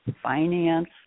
finance